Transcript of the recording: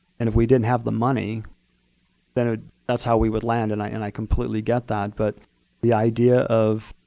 and if we didn't have the money then ah that's how we would land and i and i completely get that. but the idea of,